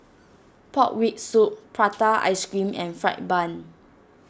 Pork Rib Soup Prata Ice Cream and Fried Bun